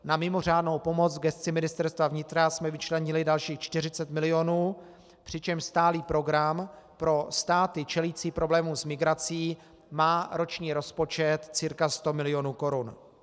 Na mimořádnou pomoc v gesci Ministerstva vnitra jsme vyčlenili dalších 40 milionů, přičemž stálý program pro státy čelící problému s migrací má roční rozpočet cca 100 milionů korun.